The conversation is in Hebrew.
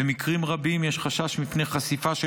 במקרים רבים יש חשש מפני חשיפה של